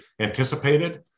anticipated